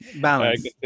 balance